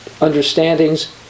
understandings